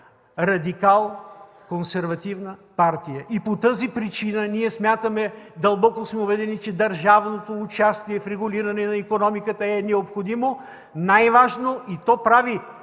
радикал-консервативна партия и по тази причина сме дълбоко убедени, че държавното участие в регулиране на икономиката е необходимо, най-важно и то прави